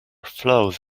flows